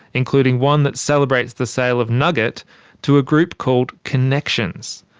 including one that celebrates the sale of nugget to a group called connections.